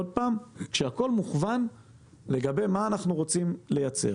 כשהכל מכוון לגבי מה אנחנו רוצים לייצר